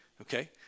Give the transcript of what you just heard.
okay